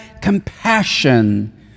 compassion